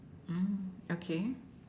mm okay